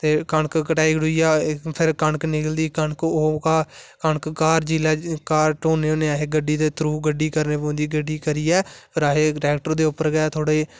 ते कनक कटाइयै फिर कनक निकलदी ओह् कनक घर जिसलै घर ढोन्ने होन्ने अस गड्डी दे थ्रू गड्डी करने पौंदी ऐ गड्डी करियै चाहे ट्रैक्टर दे उपर गै थोह्ड़ी